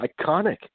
iconic